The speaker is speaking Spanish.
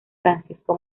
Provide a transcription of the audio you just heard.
francisco